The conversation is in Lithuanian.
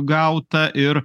gauta ir